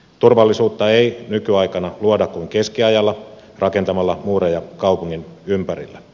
turvallisuutta ei nykyaikana luoda kuin keskiajalla rakentamalla muureja kaupungin ympärille